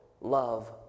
love